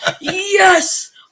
yes